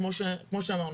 כמו שאמרנו,